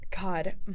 God